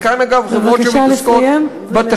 חלקן אגב חברות שמתעסקות בתשתית.